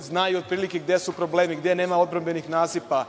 znaju otprilike gde su problemi, gde nema odbrambenih nasipa.